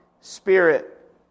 Spirit